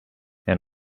and